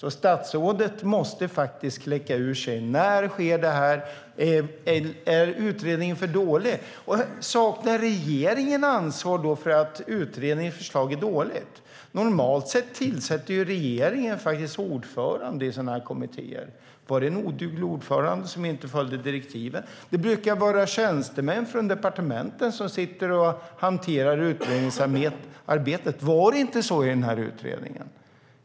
Statsrådet måste kläcka ur sig när detta kommer att ske. Är utredningen för dålig? Saknar regeringen ansvar för att utredningens förslag är dåligt? Normalt tillsätter regeringen ordförandena i sådana här kommittéer. Var det en oduglig ordförande som inte följde direktiven? Det brukar vara tjänstemän från departementen som hanterar utredningsarbetet. Var det inte så i den här utredningen?